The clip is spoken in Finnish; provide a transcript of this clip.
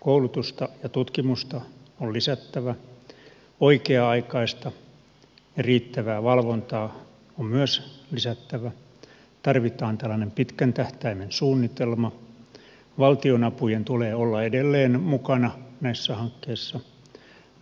koulutusta ja tutkimusta on lisättävä oikea aikaista riittävää valvontaa on myös lisättävä tarvitaan tällainen pitkän tähtäimen suunnitelma valtionapujen tulee olla edelleen mukana näissä hankkeissa